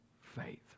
faith